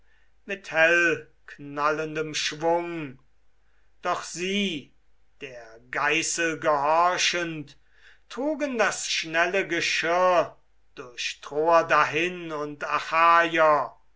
mit hellknallendem schwung doch sie der geißel gehorchend trugen das schnelle geschirr durch troer dahin und